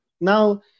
Now